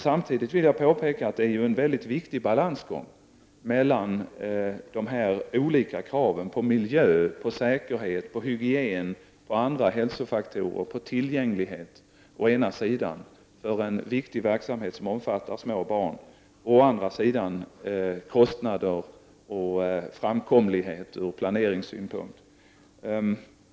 Jag vill samtidigt peka på balansgången mellan å ena sidan de olika kraven på miljö, säkerhet, hygien och andra hälsofaktorer för en viktig verksamhet som omfattar små barn samt å andra sidan kostnader och framkomlighet ur planeringssynpunkt.